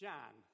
Jan